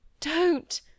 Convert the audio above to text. Don't